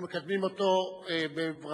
ואנחנו מקדמים אותו בברכה.